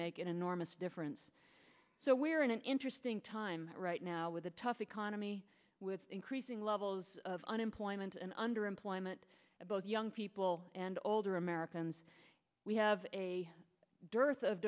make an enormous difference so we're in an interesting time right now with the tough economy with increasing levels of unemployment and underemployment about young people and older americans we have a